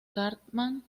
cartman